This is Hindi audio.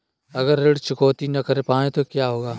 अगर ऋण चुकौती न कर पाए तो क्या होगा?